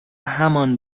همان